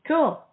Cool